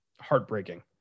heartbreaking